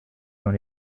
dans